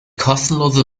kostenlose